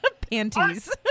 panties